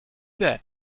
that